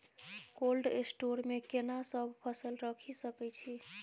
Cold store मे केना सब फसल रखि सकय छी?